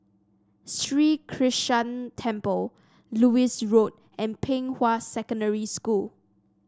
Sri Krishnan Temple Lewis Road and Pei Hwa Secondary School